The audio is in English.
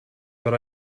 but